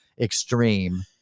extreme